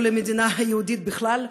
לא למדינה יהודית בכלל.